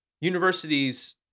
Universities